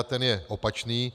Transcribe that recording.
Ten je opačný.